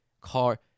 car